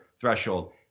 threshold